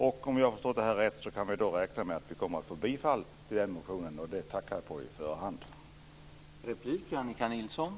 Om jag har förstått rätt kan vi då räkna med att vi får bifall till den motionen, och det tackar jag för på förhand.